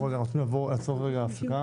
אנחנו רוצים לעצור רגע להפסקה,